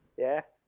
yeah?